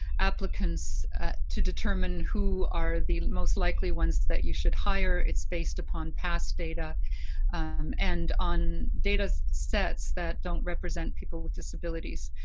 applicants to determine who are the most likely ones that you should hire. it's based upon past data and on data sets that don't represent people with disabilities.